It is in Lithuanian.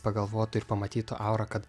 pagalvotų ir pamatytų aurą kad